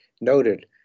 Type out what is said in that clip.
noted